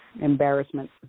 embarrassment